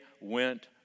went